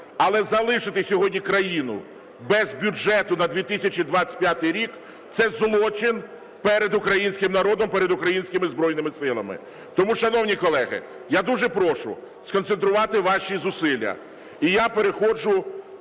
але залишити сьогодні країну без бюджету на 2025 рік – це злочин перед українським народом, перед українськими Збройними Силами. Тому, шановні колеги, я дуже прошу сконцентрувати ваші зусилля і я переходжу